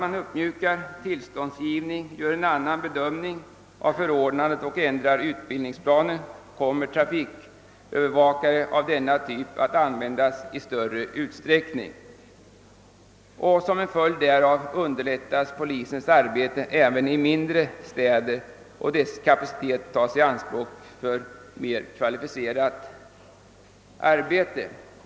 Genom att uppmjuka tillståndsgivningen, göra en annan bedömning av förordnandet och ändra utbildningsplanen skulle trafikövervakare av denna typ kunna användas i större utsträckning. Som en följd därav skulle även i mindre städer polisens arbete underlättas och dess kapacitet kunna tas i anspråk för mera kvalificerat arbete.